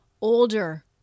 older